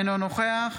אינו נוכח